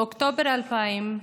באוקטובר 2000,